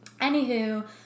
Anywho